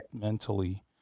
mentally